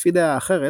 לפי דעה אחרת,